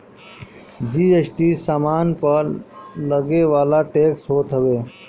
GST सामान पअ लगेवाला टेक्स होत हवे